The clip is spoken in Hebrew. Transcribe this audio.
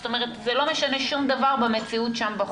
זאת אומרת, זה לא משנה שום דבר במציאות שם בחוץ.